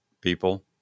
people